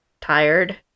tired